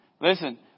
Listen